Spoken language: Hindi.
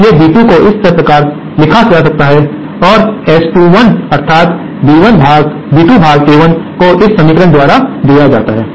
इसलिए B2 को इस तरह लिखा जाता है और S21 अर्थात B2 भाग A1 को इस समीकरण द्वारा दिया जाता है